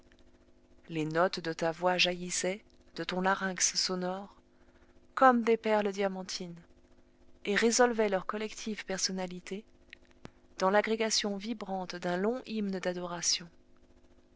les notes de ta voix jaillissaient de ton larynx sonore comme des perles diamantines et résolvaient leurs collectives personnalités dans l'agrégation vibrante d'un long hymne d'adoration